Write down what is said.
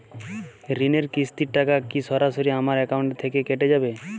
ঋণের কিস্তির টাকা কি সরাসরি আমার অ্যাকাউন্ট থেকে কেটে যাবে?